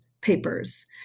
papers